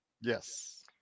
Yes